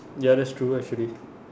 ya that's true actually